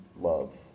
love